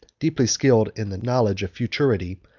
deeply skilled in the knowledge of futurity,